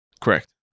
Correct